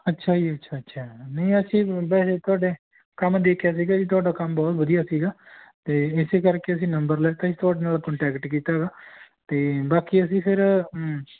ਅੱਛਾ ਜੀ ਅੱਛਾ ਅੱਛਾ ਨਹੀਂ ਅਸੀਂ ਵੈਸੇ ਤੁਹਾਡੇ ਕੰਮ ਦੇਖਿਆ ਸੀਗਾ ਜੀ ਤੁਹਾਡਾ ਕੰਮ ਬਹੁਤ ਵਧੀਆ ਸੀਗਾ ਅਤੇ ਇਸੇ ਕਰਕੇ ਅਸੀਂ ਨੰਬਰ ਲਿੱਤਾ ਜੀ ਤੁਹਾਡੇ ਨਾਲ ਕੋਂਟੈਕਟ ਕੀਤਾ ਗਾ ਅਤੇ ਬਾਕੀ ਅਸੀਂ ਫੇਰ